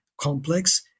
complex